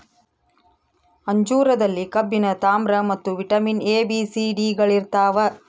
ಅಂಜೂರದಲ್ಲಿ ಕಬ್ಬಿಣ ತಾಮ್ರ ಮತ್ತು vitamin A B C D ಗಳಿರ್ತಾವ